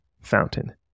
Fountain